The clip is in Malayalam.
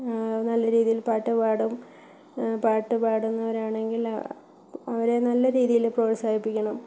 നല്ല രീതിയിൽ പാട്ട് പാടും പാട്ട് പാടുന്നവരാണെങ്കിൽ അവരെ നല്ല രീതിയില് പ്രോത്സാഹിപ്പിക്കണം